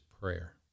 prayer